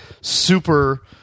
super